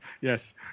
Yes